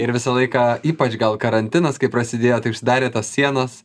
ir visą laiką ypač gal karantinas kai prasidėjo tai užsidarė tos sienos